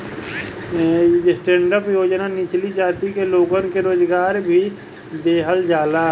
stand up योजना निचली जाति के लोगन के रोजगार भी देहल जाला